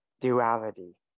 duality